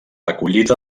recollida